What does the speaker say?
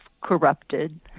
corrupted